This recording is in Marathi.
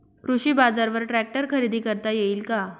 कृषी बाजारवर ट्रॅक्टर खरेदी करता येईल का?